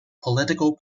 political